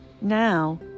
now